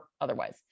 otherwise